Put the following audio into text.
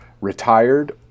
retired